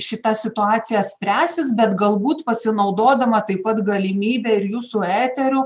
šita situacija spręsis bet galbūt pasinaudodama taip pat galimybe ir jūsų eteriu